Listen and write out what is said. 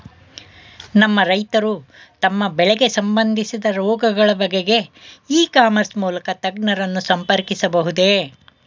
ನಮ್ಮ ರೈತರು ತಮ್ಮ ಬೆಳೆಗೆ ಸಂಬಂದಿಸಿದ ರೋಗಗಳ ಬಗೆಗೆ ಇ ಕಾಮರ್ಸ್ ಮೂಲಕ ತಜ್ಞರನ್ನು ಸಂಪರ್ಕಿಸಬಹುದೇ?